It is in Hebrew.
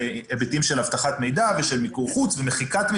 והיבטים של אבטחת מידע ושל מיקור חוץ ומחיקת מידע.